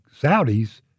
Saudis